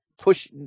push